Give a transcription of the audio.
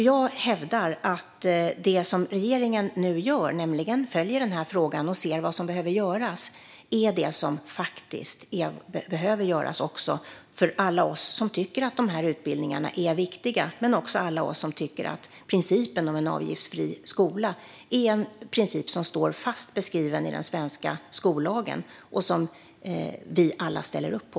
Jag hävdar att det som regeringen nu gör, nämligen att man följer den här frågan och ser vad som behöver göras, är det som behövs för alla oss som tycker att principen om en avgiftsfri skola är en princip som ligger fast i den svenska skollagen och som vi alla ställer upp på.